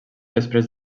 després